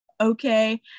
okay